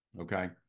Okay